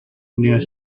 near